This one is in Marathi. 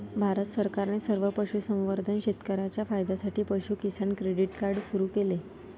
भारत सरकारने सर्व पशुसंवर्धन शेतकर्यांच्या फायद्यासाठी पशु किसान क्रेडिट कार्ड सुरू केले